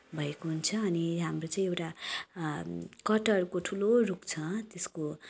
भएको हुन्छ अनि हाम्रो चाहिँ एउटा कटहरको ठुलो रुख छ त्यसको